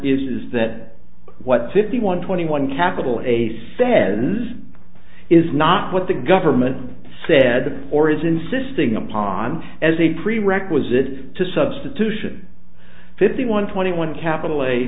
is that what fifty one twenty one capital a said and is not what the government said or is insisting upon as a prerequisite to substitution fifty one twenty one capital a